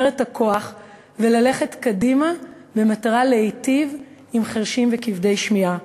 את הכוח וללכת קדימה במטרה להיטיב עם חירשים וכבדי שמיעה,